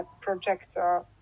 projector